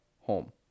home